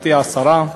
גברתי השרה,